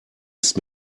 ist